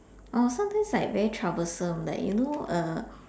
sometimes like very troublesome like you know